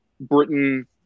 britain